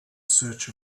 search